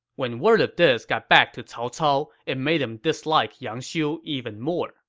when word of this got back to cao cao, it made him dislike yang xiu even more